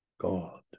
God